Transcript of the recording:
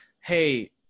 hey